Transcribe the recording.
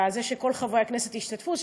וזה שכל חברי הכנסת השתתפו,